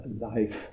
life